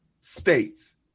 states